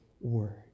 word